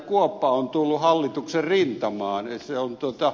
kuoppa on tullut hallituksen rintamaan